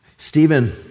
Stephen